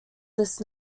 this